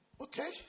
Okay